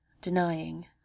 denying